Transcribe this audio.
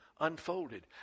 unfolded